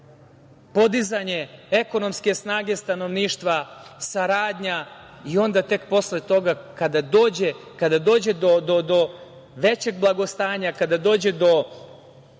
podizanje ekonomske snage stanovništva, saradnja i onda tek posle toga kada dođe do većeg blagostanja, kada dođe do